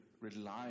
rely